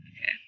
Okay